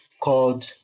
called